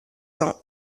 cents